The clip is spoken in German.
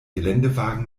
geländewagen